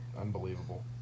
unbelievable